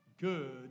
good